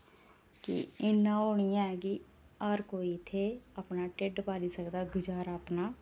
कि इन्ना ओह् निं ऐ कि हर कोई इत्थै अपना ढिड्ड पाल्ली सकदा गुजारा अपना